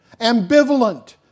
ambivalent